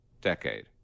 decade